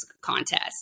contest